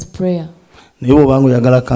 prayer